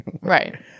right